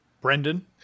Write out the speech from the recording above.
Brendan